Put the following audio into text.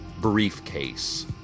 briefcase